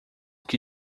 que